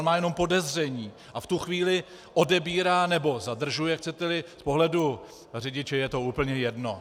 On má jenom podezření a v tu chvíli odebírá nebo zadržuje, chceteli, z pohledu řidiče je to úplně jedno.